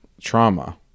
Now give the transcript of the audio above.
trauma